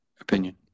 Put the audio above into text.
opinion